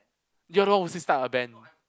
you're the one who said start a band